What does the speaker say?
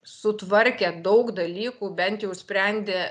sutvarkė daug dalykų bent jau sprendė